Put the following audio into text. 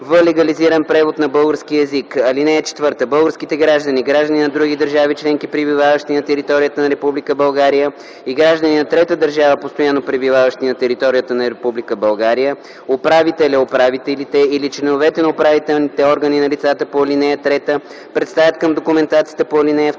в легализиран превод на български език. (4) Българските граждани, граждани на други държави членки, пребиваващи на територията на Република България и граждани на трета държава, постоянно пребиваващи на територията на Република България, управителят/управителите или членовете на управителните органи на лицата по ал. 3 представят към документацията по ал. 2